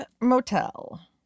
Motel